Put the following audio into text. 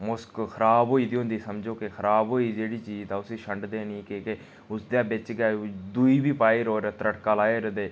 मुश्क खराब होई गेदी होंदी कि समझो कि खराब होई जेह्ड़ी चीज तां उसी छन्डदे नि कि के उसदे बिच्च गै दुई बी पाई'र होर तड़का लाई'र उ'ऐ देई